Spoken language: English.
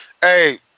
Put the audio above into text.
Hey